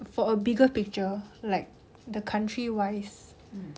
for a bigger picture like the country wise